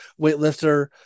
weightlifter